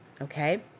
Okay